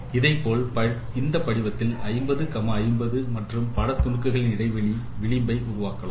அதேபோல் இந்த படிவத்தில் 50 50 மற்றும் பட துணுக்குகளின் இடையில் விளிம்பை உருவாக்கலாம்